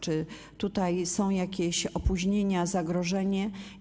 Czy tutaj są jakieś opóźnienia, zagrożenia?